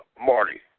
Marty